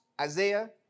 Isaiah